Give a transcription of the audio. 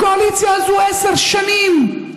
הקואליציה הזאת עשר שנים,